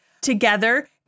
together